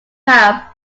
have